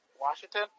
Washington